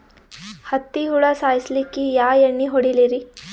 ಹತ್ತಿ ಹುಳ ಸಾಯ್ಸಲ್ಲಿಕ್ಕಿ ಯಾ ಎಣ್ಣಿ ಹೊಡಿಲಿರಿ?